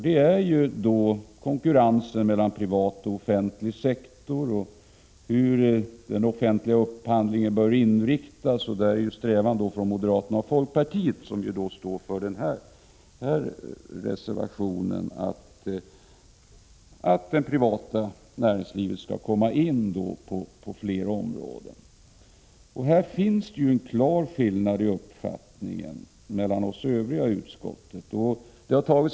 Det gäller konkurrensen mellan privat och offentlig sektor och hur den offentliga upphandlingen bör inriktas. Strävan från moderaterna och folkpartiet, som står bakom reservation 2, är att det privata näringslivet skall komma in på fler områden. Här finns en klar skillnad i uppfattningen mellan reservanterna och oss övriga i utskottet.